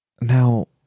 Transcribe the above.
now